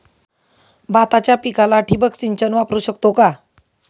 भाताच्या पिकाला ठिबक सिंचन वापरू शकतो का?